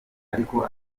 ariko